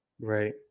Right